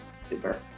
Super